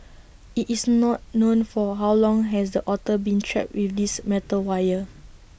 IT is not known for how long has the otter been trapped with this metal wire